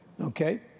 Okay